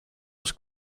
als